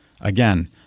again